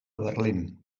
berlín